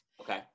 Okay